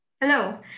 Hello